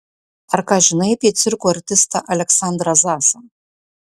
ar ką žinai apie cirko artistą aleksandrą zasą